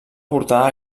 portar